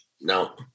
No